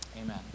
amen